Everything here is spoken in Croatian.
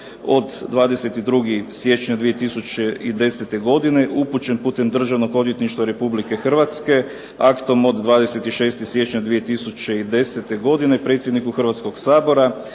od 22. siječnja 2010. upućen putem Državnog odvjetništva Republike Hrvatske aktom od 26. siječnja 2010. godine predsjedniku Hrvatskoga sabora